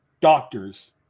doctors